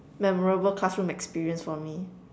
memorable classroom experience for me